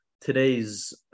today's